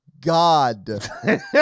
God